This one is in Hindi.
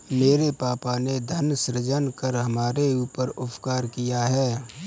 मेरे पापा ने धन सृजन कर हमारे ऊपर उपकार किया है